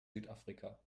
südafrika